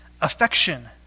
affection